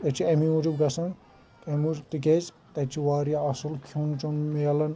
أسۍ چھِ امے موٗجوٗب گژھان امہِ موٗحوٗب تکیازِ تتہِ چھِ واریاہ اصٕل کھیٚون چیٚون میلان